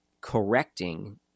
correcting